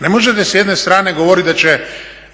Ne možete s jedne strane govoriti da će